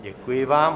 Děkuji vám.